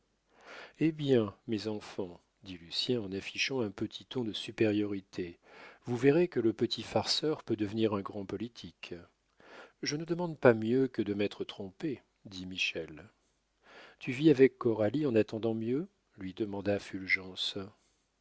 eh bien mes enfants dit lucien en affichant un petit ton de supériorité vous verrez que le petit farceur peut devenir un grand politique je ne demande pas mieux que de m'être trompé dit michel tu vis avec coralie en attendant mieux lui demanda fulgence